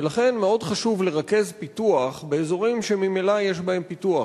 ולכן מאוד חשוב לרכז פיתוח באזורים שממילא יש בהם פיתוח.